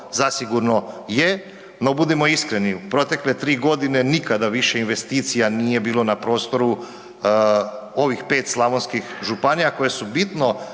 zasigurno je, no, budimo iskreni, u protekle 3 godine nikada više investicija nije bilo na prostoru ovih 5 slavonskih županija koje su bitno